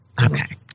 Okay